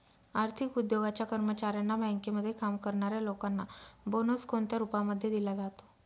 आर्थिक उद्योगाच्या कर्मचाऱ्यांना, बँकेमध्ये काम करणाऱ्या लोकांना बोनस कोणत्या रूपामध्ये दिला जातो?